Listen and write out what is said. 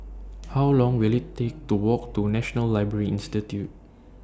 How Long Will IT Take to Walk to National Library Institute